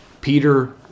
Peter